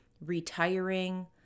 retiring